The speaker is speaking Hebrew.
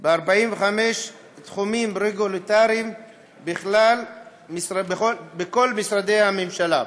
ב-45 תחומים רגולטוריים בכל משרדי הממשלה.